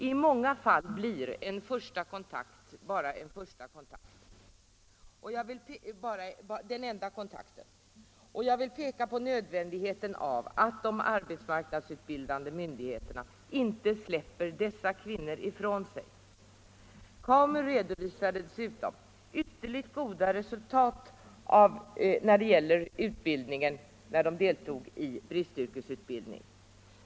I många fall blir en första kontakt den enda kontakten, och jag vill peka på nödvändigheten av att de arbetsmarknadsutbildande myndigheterna inte släpper dessa kvinnor ifrån sig. KAMU redovisade dessutom ytterligt goda resultat för dem som deltog i bristyrkesutbildning.